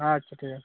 আচ্ছা ঠিক আছে